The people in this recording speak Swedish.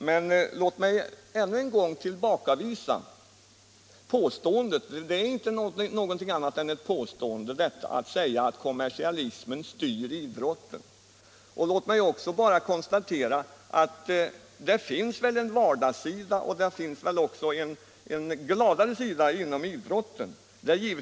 Men låt mig ännu en gång tillbakavisa påståendet —- det är inte någonting annat än ett påstående — att kommersialismen styr idrotten. Låt mig också konstatera att det finns en vardagssida och en gladare sida inom idrotten.